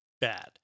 bad